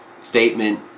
statement